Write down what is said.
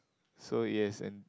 so yes and